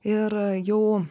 ir jau